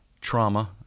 trauma